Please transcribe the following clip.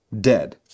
dead